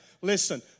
Listen